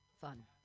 Fun